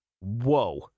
Whoa